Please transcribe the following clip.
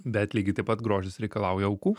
bet lygiai taip pat grožis reikalauja aukų